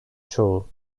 çoğu